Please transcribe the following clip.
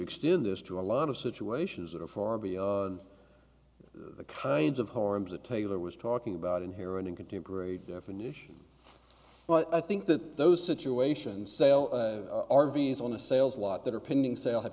extend this to a lot of situations that are far beyond the kinds of horrors that taylor was talking about inherent in contemporary definition well i think that those situations sail r v s on a sales lot that are pending sale ha